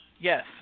Yes